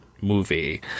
movie